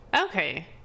okay